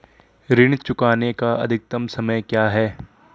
ऋण चुकाने का अधिकतम समय क्या है?